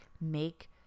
make